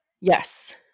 Yes